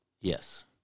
Yes